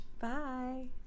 Bye